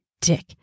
dick